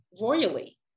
royally